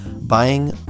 buying